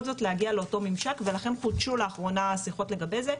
זאת להגיע לאותו ממשק ולכן חודשו לאחרונה השיחות לגבי זה.